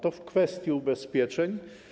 To w kwestii ubezpieczeń.